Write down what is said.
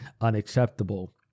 unacceptable